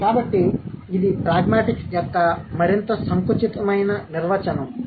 కాబట్టి ఇది ప్రాగ్మాటిక్స్ యొక్క మరింత సంకుచితమైన నిర్వచనం